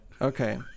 Okay